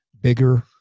bigger